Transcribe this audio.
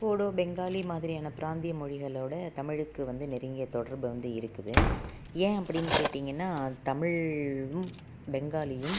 போடோ பெங்காலி மாதிரியான பிராந்திய மொழிகளோடய தமிழுக்கு வந்து நெருங்கிய தொடர்பு வந்து இருக்குது ஏன் அப்படின்னு கேட்டீங்கன்னா தமிழும் பெங்காலியும்